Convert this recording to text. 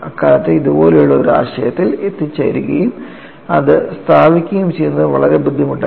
അക്കാലത്ത് ഇതുപോലുള്ള ഒരു ആശയത്തിൽ എത്തിച്ചേരുകയും അത് സ്ഥാപിക്കുകയും ചെയ്യുന്നത് വളരെ ബുദ്ധിമുട്ടായിരുന്നു